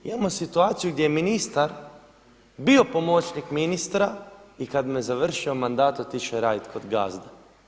Imamo situaciju gdje je ministar bio pomoćnik ministra i kad mu je završio mandat otišao je raditi kod gazde.